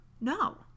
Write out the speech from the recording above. No